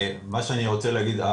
מה שאני רוצה להגיד,